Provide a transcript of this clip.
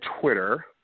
Twitter